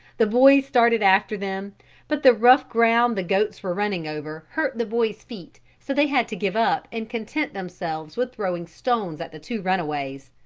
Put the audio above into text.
the boys started after them but the rough ground the goats were running over hurt the boys' feet so they had to give up and content themselves with throwing stones at the two runaways.